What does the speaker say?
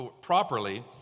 properly